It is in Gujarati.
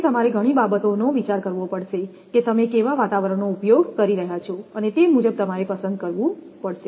તેથી તમારે ઘણી બાબતોનો વિચાર કરવો પડશે કે તમે કેવા વાતાવરણનો ઉપયોગ કરી રહ્યા છો અને તે મુજબ તમારે પસંદ કરવું પડશે